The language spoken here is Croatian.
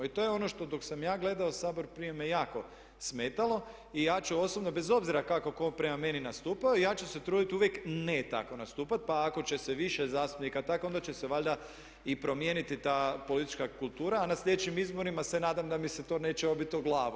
I to je ono što dok sam ja gledao Sabor prije me jako smetalo i ja ću osobno bez obzira kako tko prema meni nastupao ja ću se truditi uvijek ne tako nastupati, pa ako će se više zastupnika tako onda će se valjda i promijeniti ta politička kultura a na sljedećim izborima se nadam da mi se to neće obit u glavu.